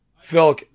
Phil